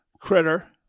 Critter